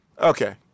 okay